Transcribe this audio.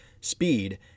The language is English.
speed